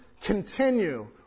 continue